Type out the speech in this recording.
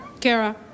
Kara